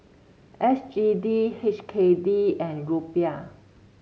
S G D H K D and Rupiah